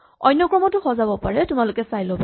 অন্য ক্ৰমতো সজাব পাৰি তোমালোকে চাই ল'বা